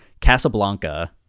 Casablanca